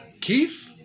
Keith